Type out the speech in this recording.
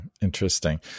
Interesting